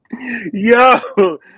yo